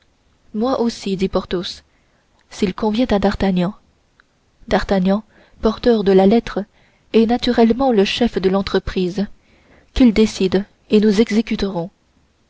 moi aussi dit porthos s'il convient à d'artagnan d'artagnan porteur de la lettre est naturellement le chef de l'entreprise qu'il décide et nous exécuterons